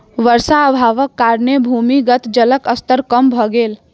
वर्षा अभावक कारणेँ भूमिगत जलक स्तर कम भ गेल